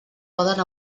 poden